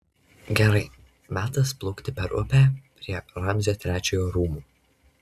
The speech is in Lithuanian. gerai metas plaukti per upę prie ramzio trečiojo rūmų